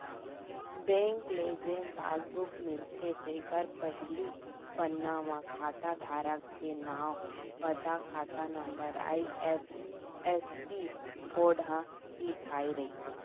bank ले जेन passbook मिलथे तेखर पहिली पन्ना म खाता धारक के नांव, पता, खाता नंबर, आई.एफ.एस.सी कोड ह लिखाए रथे